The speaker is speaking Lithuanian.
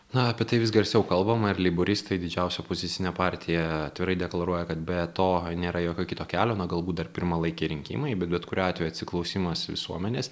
na apie tai vis garsiau kalbama ir leiboristai didžiausia opozicinė partija atvirai deklaruoja kad be to nėra jokio kito kelio na galbūt dar pirmalaikiai rinkimai bet bet kuriuo atveju atsiklausimas visuomenės